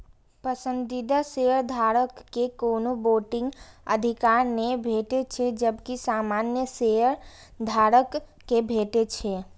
पसंदीदा शेयरधारक कें कोनो वोटिंग अधिकार नै भेटै छै, जबकि सामान्य शेयधारक कें भेटै छै